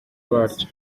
baryo